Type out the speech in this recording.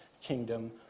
kingdom